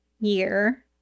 year